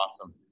Awesome